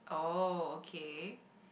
oh okay